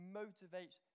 motivates